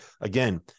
again